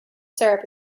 syrup